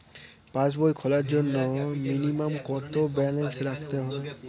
পাসবই খোলার জন্য মিনিমাম কত ব্যালেন্স রাখতে হবে?